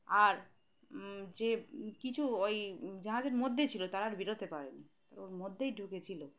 আর যে কিছু ওই জাহাজের মধ্যে ছিলো তারা আর বেরোতে পারেনি তার ওর মধ্যেই ঢুকেছিল